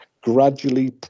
gradually